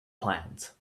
plans